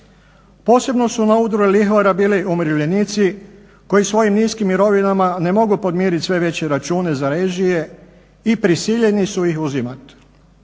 Posebno na udaru lihvara bili umirovljenici koji svojim niskim mirovinama ne mogu podmiriti sve veće račune za režije i prisiljeni su ih uzimati.